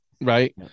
Right